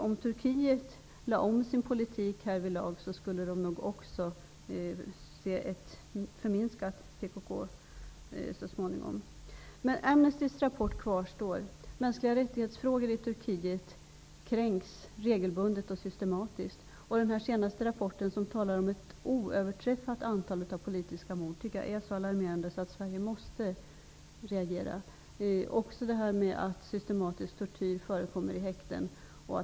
Om Turkiet lade om sin politik härvidlag skulle man nog så småningom få se ett förminskat PKK. Amnestys rapport kvarstår: mänskliga rättigheter kränks regelbundet och systematiskt i Turkiet. Den senaste rapporten, som talar om ett oöverträffat antal politiska mord, är så alarmerande att Sverige måste reagera. Också systematisk tortyr förekommer i häkten.